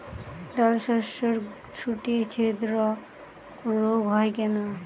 ডালশস্যর শুটি ছিদ্র রোগ হয় কেন?